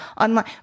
online